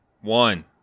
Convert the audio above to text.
One